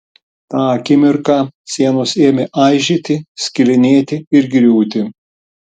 tą akimirką sienos ėmė aižėti skilinėti ir griūti